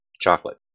chocolate